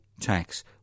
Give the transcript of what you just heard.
tax